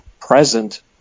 present